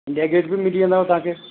India Gate बि मिली वेंदव तव्हां खे